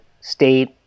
state